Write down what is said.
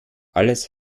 alles